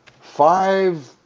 Five